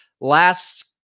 last